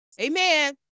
Amen